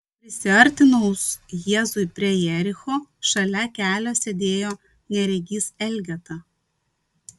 prisiartinus jėzui prie jericho šalia kelio sėdėjo neregys elgeta